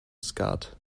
skat